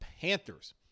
Panthers